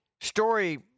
story